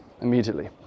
immediately